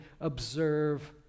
observe